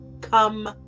come